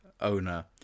owner